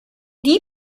die